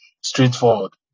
straightforward